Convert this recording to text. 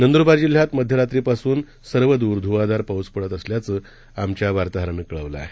नंद्रबार जिल्ह्यात मध्यरात्रीपासून जिह्यात सर्वदूर ध्वाधार पाऊस पडल्याचं आमच्या वार्ताहरानं कळवलं आहे